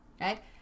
Right